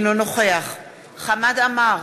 אינו נוכח חמד עמאר,